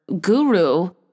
guru